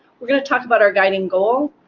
we're going to talk about our guiding goal,